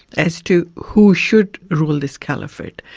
as to who should rule this caliphate.